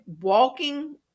walking